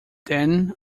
then